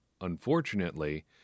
Unfortunately